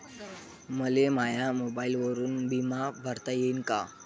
मले माया मोबाईलवरून बिमा भरता येईन का?